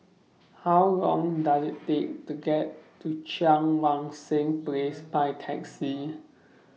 How Long Does IT Take to get to Cheang Wan Seng Place By Taxi